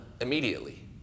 immediately